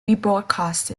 rebroadcast